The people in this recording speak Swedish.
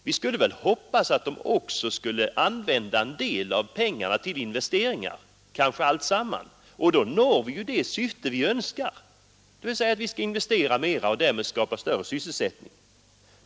Vi hoppas väl att de också skulle använda en del av pengarna till investeringar, kanske alltsammans. I så fall når vi det syfte som vi önskar nå, dvs. att skapa större sysselsättning.